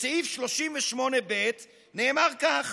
בסעיף 38(ב), נאמר כך: